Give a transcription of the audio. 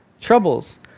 troubles